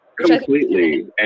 Completely